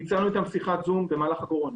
ביצענו איתם שיחת זום במהלך הקורונה.